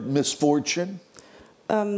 misfortune